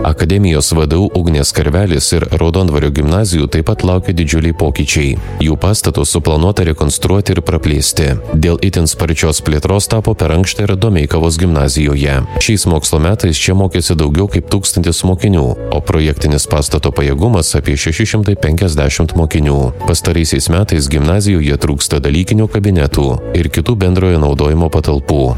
akademijos vdu ugnės karvelis ir raudondvario gimnazijų taip pat laukia didžiuliai pokyčiai jų pastatus suplanuota rekonstruot ir praplėsti dėl itin sparčios plėtros tapo per ankšta ir domeikavos gimnazijoje šiais mokslo metais čia mokėsi daugiau kaip tūkstantis mokinių o projektinis pastato pajėgumas apie šeši šimtai penkiasdešimt mokinių pastaraisiais metais gimnazijoje trūksta dalykinių kabinetų ir kitų bendrojo naudojimo patalpų